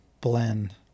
blend